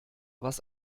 was